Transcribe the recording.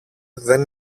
δεν